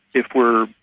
if we're,